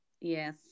Yes